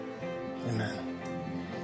Amen